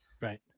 Right